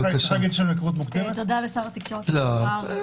תודה לשר התקשורת לשעבר.